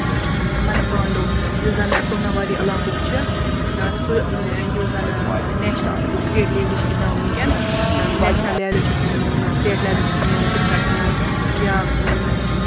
اَمن پانڈو یُس زَن سوناواری علاقُک چھُ سُہ یُس زَن نیشنل تہٕ بیٚیہِ سِٹیٹ لیٚولہِ چھِ گِندان ؤنکیٚن نیشنَل لیٚولہِ چھُ سُہ ؤنکیٚن گِندان سِٹیٹ لیٚولہِ چھُ سُہ ؤنکیٚن کِرکَٹ گِندان یا اۭں